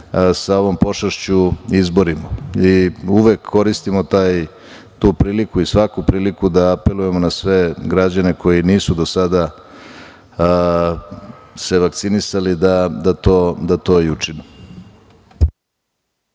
sa ovom pošašću izborimo. Uvek koristimo tu priliku i svaku priliku da apelujemo na sve građane koji nisu do sada se vakcinisali da to i učine.